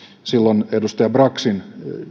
silloin edustaja braxin